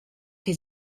que